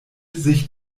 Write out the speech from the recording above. sich